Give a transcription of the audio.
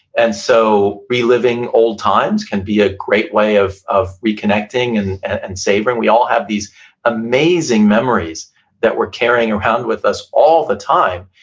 and so reliving old times can be a great way of of reconnecting and and savoring we all have these amazing memories that we're carrying around with us all the time,